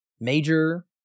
major